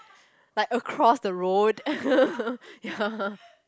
like across the road ya